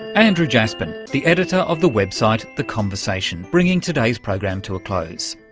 andrew jaspan, the editor of the website the conversation, bringing today's program to a close.